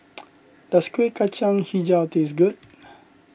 does Kuih Kacang HiJau taste good